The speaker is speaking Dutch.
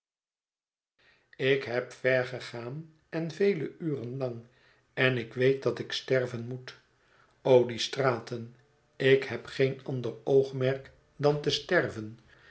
ik heb ver gegaan en vele uren lang en ik weet dat ik sterven moet o die straten ik heb geen ander oogmerk dan te sterven